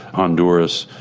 honduras,